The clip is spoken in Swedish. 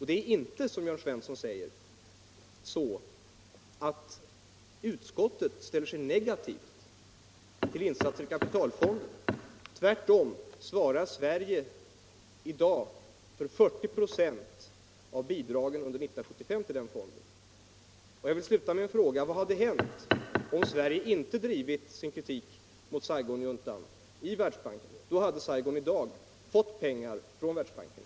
Det är inte så, som herr Jörn Svensson säger, att utskottet ställer sig negativt till insatser i kapitalfonden. Tvärtom svarar Sverige i dag för 40 96 av bidragen under 1975 till den fonden. Jag vill sluta med en fråga: Hade det varit bättre om Sverige inte drivit sin kritik mot Saigonjuntan i Världsbanken? Då hade Saigon i dag fått pengar från Världsbanken.